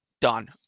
done